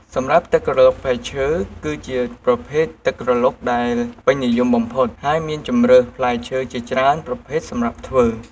សម្រាប់ទឹកក្រឡុកផ្លែឈើ គឺជាប្រភេទទឹកក្រឡុកដែលពេញនិយមបំផុត ហើយមានជម្រើសផ្លែឈើជាច្រើនប្រភេទសម្រាប់ធ្វើ។